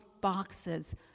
boxes